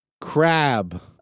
Crab